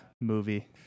movie